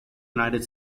united